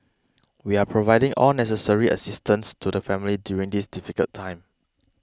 we are providing all necessary assistance to the family during this difficult time